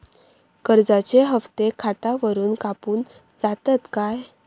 कर्जाचे हप्ते खातावरून कापून जातत काय?